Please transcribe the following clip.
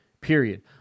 period